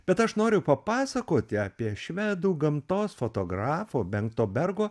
bet aš noriu papasakoti apie švedų gamtos fotografo benkto bergo